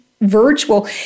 virtual